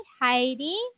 Heidi